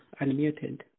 unmuted